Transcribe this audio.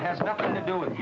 has nothing to do with